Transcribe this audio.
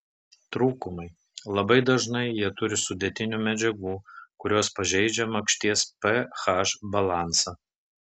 trūkumai labai dažnai jie turi sudėtinių medžiagų kurios pažeidžia makšties ph balansą